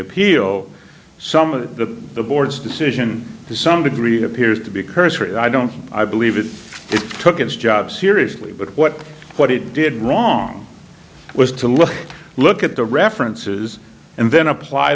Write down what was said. appeal some of the board's decision to some degree appears to be cursory i don't think i believe it took its job seriously but what what it did wrong was to look look at the references and then apply